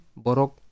borok